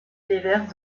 déverse